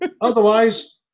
Otherwise